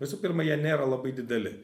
visų pirma jie nėra labai dideli